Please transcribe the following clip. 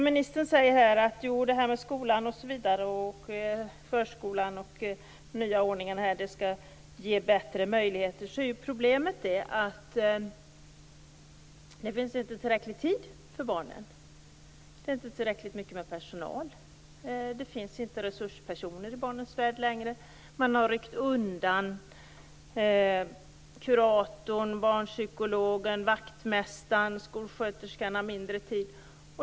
Ministern säger att de nya ordningarna inom skolan och förskolan skall ge bättre möjligheter. Men problemet är att det inte finns tillräckligt med tid för barnen. Det finns inte tillräckligt med personal. Det finns inte resurspersoner i barnens värld längre. Man har ryckt undan kuratorn, barnpsykologen, vaktmästaren och skolsköterskan har mindre tid.